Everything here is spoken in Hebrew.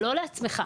לא לעצמך.